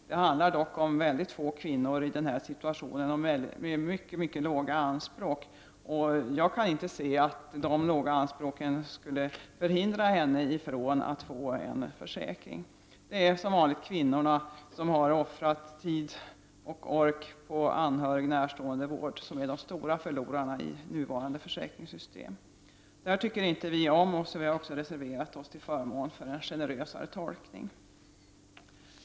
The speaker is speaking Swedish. Det handlar dock om mycket få kvinnor i denna situation, och de har mycket låga anspråk. Jag kan inte förstå att de låga anspråken skulle hindra kvin norna att få försäkring. Det är som vanligt kvinnorna — som har offrat tid och ork på anhöriga och närståendevård — som är de stora förlorarna i det nuvarande försäkringssystemet. Vi i centern tycker inte om detta, och vi har därför reserverat oss till förmån för en generösare tolkning.